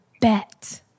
bet